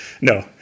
No